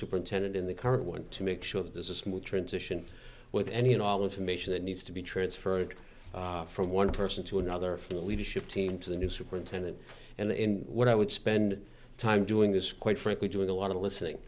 superintendent in the current one to make sure that there's a smooth transition with any and all information that needs to be transferred from one person to another from the leadership team to the new superintendent and in what i would spend time doing this quite frankly doing a lot of listening